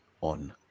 on